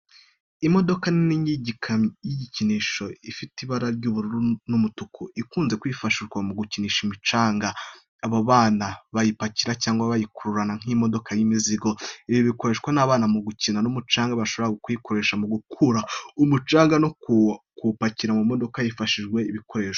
Imodoka nini y’igikinisho ifite ibara ry’ubururu n’umutuku, ikunze kwifashishwa mu gukinisha imicanga, aho abana bayipakira cyangwa bayikururana nk’imodoka y’imizigo. Ibi bikoreshwa n’abana mu gukina n’umucanga, bashobora kubikoresha mu gukura umucanga, no kuwupakira mu modoka bifashishije ibi bikoresho.